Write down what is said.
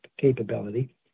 capability